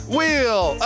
Wheel